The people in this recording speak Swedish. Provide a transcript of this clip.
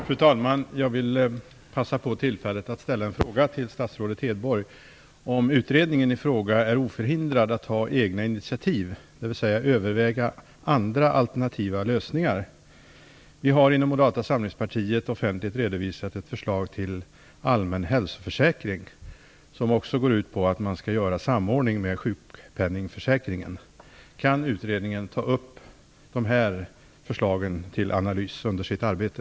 Fru talman! Jag vill passa på tillfället att ställa en fråga till statsrådet Hedborg. Är utredningen i fråga oförhindrad att ta egna initiativ, dvs. att överväga andra alternativa lösningar? Vi inom Moderata samlingspartiet har offentligt redovisat ett förslag till allmän hälsoförsäkring, som bl.a. går ut på att man skall ha samordning med sjukpenningförsäkringen. Kan utredningen ta upp detta förslag till analys under sitt arbete?